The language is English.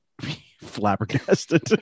flabbergasted